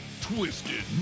Twisted